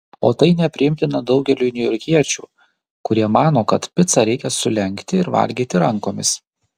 o tai nepriimtina daugeliui niujorkiečių kurie mano kad picą reikia sulenkti ir valgyti rankomis